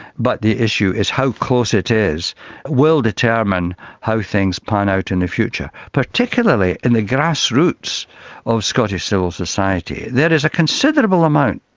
but the issue is how close it is will determine how things pan out in the future, particularly in the grassroots of scottish civil society. there is a considerable amount,